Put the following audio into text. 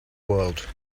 world